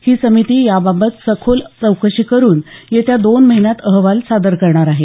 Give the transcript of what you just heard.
ही समिती याबाबतीत सखोल चौकशी करून येत्या दोन महिन्यात अहवाल सादर करणार आहे